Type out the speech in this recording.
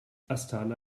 astana